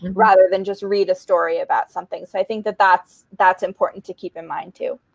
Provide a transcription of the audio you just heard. rather than just read a story about something. so i think that that's that's important to keep in mind too.